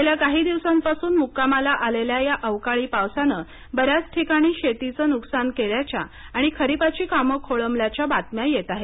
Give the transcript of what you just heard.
गेल्या काही दिवसांपासून मुक्कामाला आलेल्या या अवकाळी पावसानं बऱ्याच ठिकाणी शेतीचं नुकसान केल्याच्या आणि खरिपाची कामं खोळंबल्याच्या बातम्या येत आहेत